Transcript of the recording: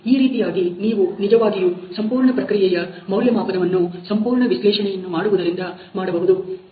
ಈ ರೀತಿಯಾಗಿ ನೀವು ನಿಜವಾಗಿಯೂ ಸಂಪೂರ್ಣ ಪ್ರಕ್ರಿಯೆಯ ಮೌಲ್ಯಮಾಪನವನ್ನು ಸಂಪೂರ್ಣ ವಿಶ್ಲೇಷಣೆಯನ್ನು ಮಾಡುವುದರಿಂದ ಮಾಡಬಹುದು